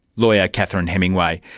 lawyer catherine hemingway.